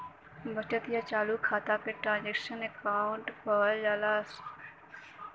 बचत या चालू खाता के ट्रांसक्शनल अकाउंट कहल जा सकल जाला